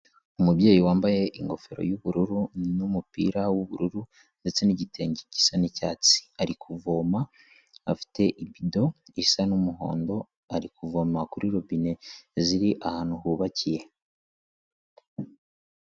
Umubyeyi wambaye ingofero y'ubururu n'umupira w'ubururu ndetse n'igitenge gisa n'icyatsi, ari kuvoma afite ibido isa n'umuhondo, ari kuvoma kuri robine ziri ahantu hubakiye.